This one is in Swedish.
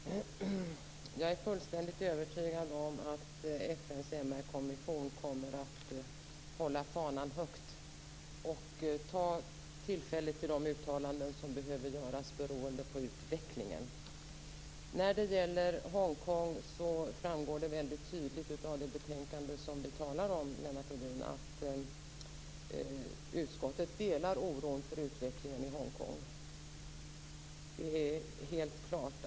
Herr talman! Jag är fullständigt övertygad om att FN:s MR-kommission kommer att hålla fanan högt och ta tillfället att göra de uttalanden som behöver göras beroende på utvecklingen. Det framgår väldigt tydligt av det betänkande som vi talar om, Lennart Rohdin, att utskottet delar oron för utvecklingen i Hong Kong. Det är helt klart.